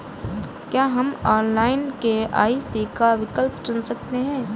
क्या हम online KYC का विकल्प चुन सकते हैं?